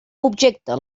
objecte